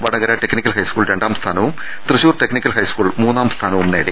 Vadakara technical high school രണ്ടാം സ്ഥാനവും Thrissur technical high school മൂന്നാം സ്ഥാനവും നേടി